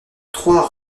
trois